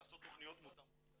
ולעשות תכניות מותאמות.